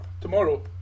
Tomorrow